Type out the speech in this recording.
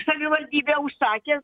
savivaldybė užsakė